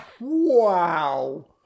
Wow